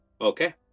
Okay